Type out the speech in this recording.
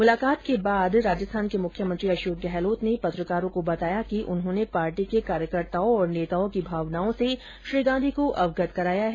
मुलाकात के बाद मुख्यमंत्री अशोक गहलोत ने पत्रकारों को बताया कि उन्होंने पार्टी के कार्यकर्ताओं और नेताओं की भावनाओं से श्री गांधी को अवगत कराया है